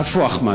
איפה אחמד?